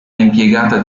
impiegata